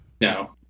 no